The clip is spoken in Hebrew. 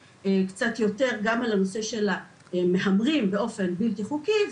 על הנושא של המהמרים באופן בלתי חוקי,